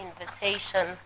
invitation